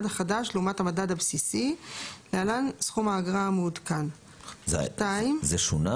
החדש לעומת המדד הבסיסי (להלן סכום האגרה המעודכן); זה שונה